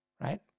Right